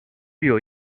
具有